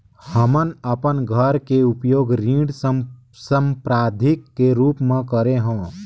हमन अपन घर के उपयोग ऋण संपार्श्विक के रूप म करे हों